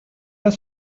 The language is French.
pas